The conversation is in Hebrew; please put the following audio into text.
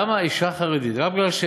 למה אישה חרדית, רק מפני